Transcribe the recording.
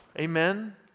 Amen